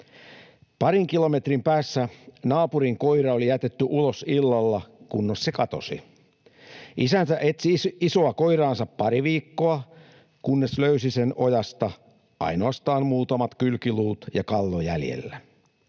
Parin kilometrin päässä naapurin koira oli jätetty ulos illalla, kunnes se katosi. Isäntä etsi isoa koiraansa pari viikkoa, kunnes löysi sen ojasta — ainoastaan muutamat kylkiluut ja kallo jäljellä.